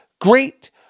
great